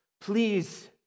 Please